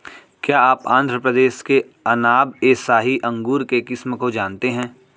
क्या आप आंध्र प्रदेश के अनाब ए शाही अंगूर के किस्म को जानते हैं?